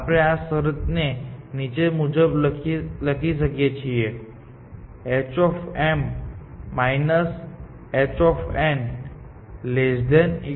આપણે આ શરત ને નીચે મુજબ પણ લખી શકીએ છીએ h h k mn